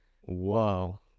whoa